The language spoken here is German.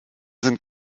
sind